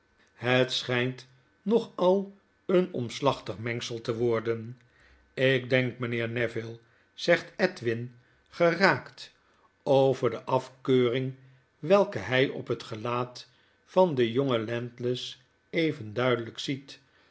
het schijnt nog al een omslaohtig mengsel te worden ik denk mijnheer neville zegt edwin geraakt over de afkeuring welke hy op het gelaat van den jongen landless even duidelyk ziet